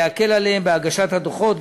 להקל עליהם בהגשת הדוחות,